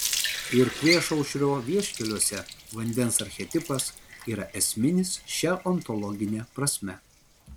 ir priešaušrio vieškeliuose vandens archetipas yra esminis šia ontologine prasme